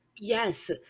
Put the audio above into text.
Yes